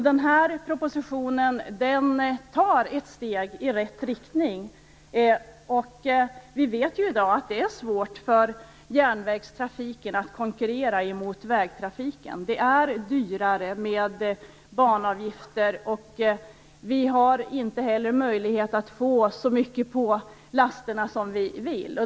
Denna proposition innebär ett steg i rätt riktning. Vi vet i dag att det är svårt för järnvägstrafiken att konkurrera med vägtrafiken. Banavgifterna är dyrare. Det är inte heller möjligt att få så mycket på lasterna som man vill.